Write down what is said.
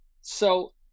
So-